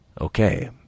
Okay